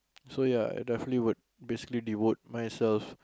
so ya I definitely would basically devote myself